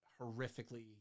horrifically